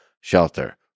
shelter